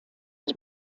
his